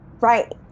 right